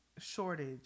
shortage